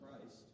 Christ